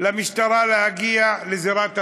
למשטרה להגיע לזירת הרצח,